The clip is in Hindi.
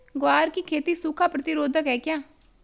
ग्वार की खेती सूखा प्रतीरोधक है क्या?